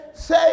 Say